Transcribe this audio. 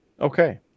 Okay